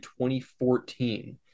2014